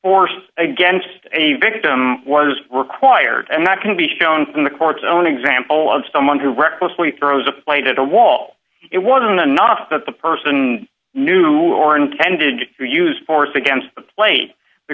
orses against a victim was required and that can be shown in the court's own example of someone who recklessly throws a plate at a wall it wasn't enough that the person knew or intended to use force against the plate the